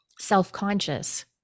self-conscious